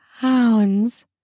pounds